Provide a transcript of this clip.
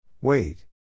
Wait